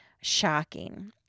shocking